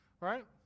right